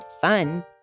fun